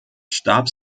starb